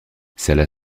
salah